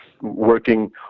working